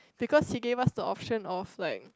because he gave us the option of like